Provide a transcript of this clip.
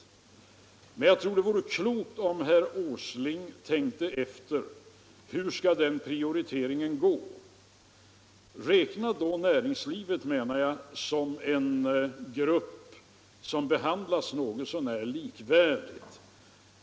Men jag tror det vore klokt om herr Åsling tänkte efter hur den prioriteringen skall göras. Räkna då näringslivet som en grupp som behandlas någorlunda likvärdigt.